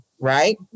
right